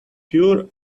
pure